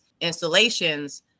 installations